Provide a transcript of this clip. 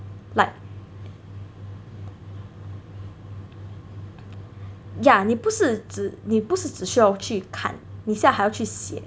like ya 你不是只你不是只需要去看你是还要去写